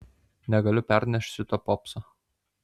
negaliu pernešt šito popso